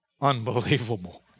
Unbelievable